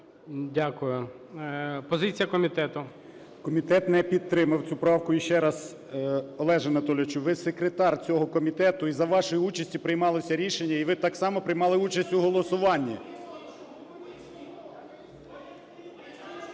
Дякую. Позиція комітету. 13:44:24 БОЖИК В.І. Комітет не підтримав цю правку. І ще раз, Олеже Анатолійовичу, ви секретар цього комітету і за вашої участі приймалося рішення, і ви так само приймали участь у голосуванні.